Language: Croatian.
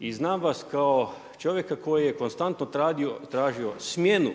I znam vas kao čovjeka koji je konstantno tražio smjenu